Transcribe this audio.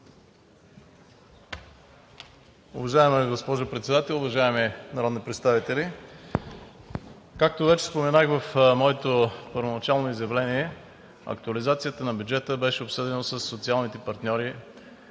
Уважаема госпожо Председател, уважаеми народни представители! Както вече споменах в моето първоначално изявление, актуализацията на бюджета беше обсъдена от социалните партньори